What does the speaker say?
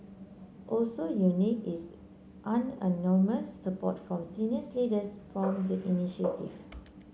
also unique is support from senior leaders for the initiative